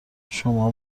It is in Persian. شماها